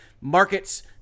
markets